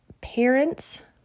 parents